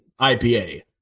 ipa